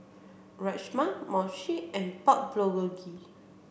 Rajma Mochi and Pork Bulgogi